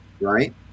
right